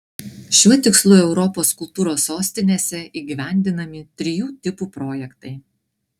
šiuo tikslu europos kultūros sostinėse įgyvendinami trijų tipų projektai